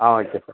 ah okay sir